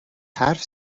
حرف